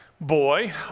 boy